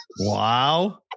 Wow